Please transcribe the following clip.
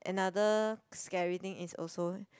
another scary thing is also